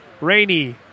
rainy